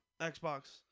Xbox